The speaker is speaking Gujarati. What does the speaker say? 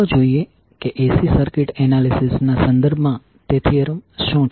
ચાલો જોઈએ કે AC સર્કિટ એનાલિસિસ ના સંદર્ભમાં તે થીયરમ શું છે